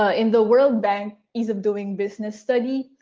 ah in the world bank ease of doing business study,